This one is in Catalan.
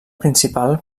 principal